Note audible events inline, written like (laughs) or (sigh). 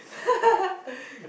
(laughs)